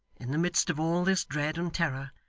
in the midst of all this dread and terror,